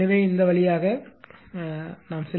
எனவே இந்த வழியாக செல்லுங்கள்